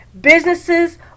businesses